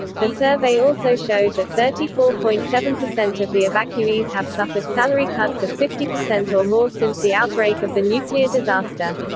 the survey also showed that thirty four point seven of the evacuees have suffered salary cuts of fifty percent or more since the outbreak of the nuclear disaster.